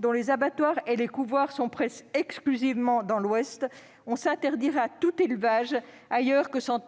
dont les abattoirs et les couvoirs sont presque exclusivement à l'ouest de notre pays, on s'interdirait tout élevage ailleurs que dans